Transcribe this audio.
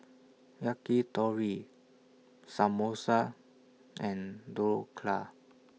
Yakitori Samosa and Dhokla